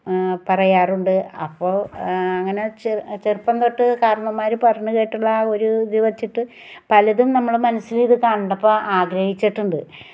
പറയാറുണ്ട് അപ്പോൾ അങ്ങനെ ചെറുപ്പം തൊട്ട് കാർണോമാർ പറഞ്ഞ് കേട്ടിട്ടുള്ള ആ ഒരു ഇത് വച്ചിട്ട് പലതും നമ്മളെ മനസ്സിൽ ഇത് കണ്ടപ്പം ആഗ്രഹിച്ചിട്ടുണ്ട്